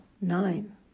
nine